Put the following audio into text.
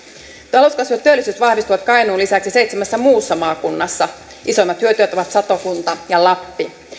talouskasvu ja työllisyys vahvistuvat kainuun lisäksi seitsemässä muussa maakunnassa isoimmat hyötyjät ovat satakunta ja lappi